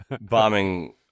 Bombing